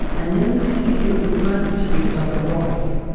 and nobody is going to give you a big grant to restart your life,